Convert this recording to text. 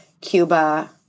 Cuba